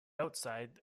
outside